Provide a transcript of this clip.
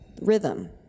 rhythm